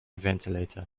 ventilator